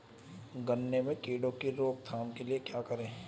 गन्ने में कीड़ों की रोक थाम के लिये क्या करें?